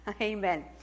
Amen